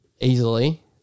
easily